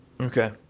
Okay